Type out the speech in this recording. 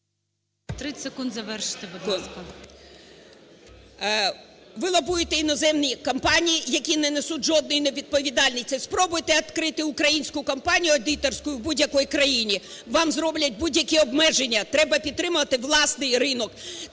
30 секунд, завершити, будь ласка. КУЖЕЛЬ О.В. Ви лобуєте іноземні компанії, які не несуть жодної відповідальності. Спробуйте відкрити українську компанію аудиторську в будь-якій країні, вам зроблять будь-які обмеження. Треба підтримувати власний ринок,